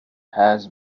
has